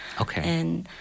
Okay